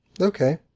Okay